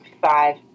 five